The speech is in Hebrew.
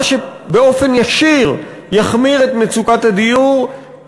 מה שבאופן ישיר יחמיר את מצוקת הדיור,